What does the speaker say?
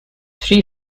three